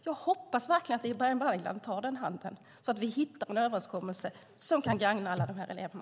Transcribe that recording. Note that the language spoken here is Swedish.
Jag hoppas verkligen att Ibrahim Baylan tar den handen, så att vi får en överenskommelse som kan gagna alla de här eleverna.